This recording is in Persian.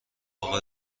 اقا